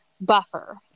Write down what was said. buffer